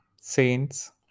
saints